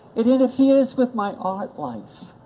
it interferes with my art life.